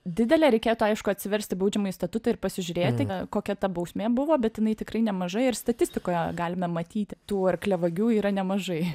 didelė reikėtų aišku atsiversti baudžiamąjį statutą ir pasižiūrėti kokia ta bausmė buvo bet jinai tikrai nemaža ir statistikoje galime matyti tų arkliavagių yra nemažai